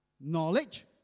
knowledge